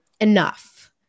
enough